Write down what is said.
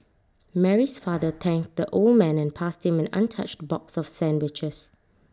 Mary's father thanked the old man and passed him an untouched box of sandwiches